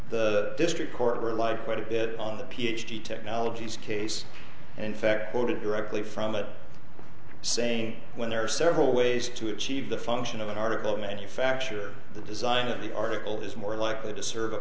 the district court relied quite a bit on the ph d technologies case and in fact quoted directly from it saying when there are several ways to achieve the function of an article of manufacture the design of the article is more likely to serve a